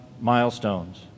milestones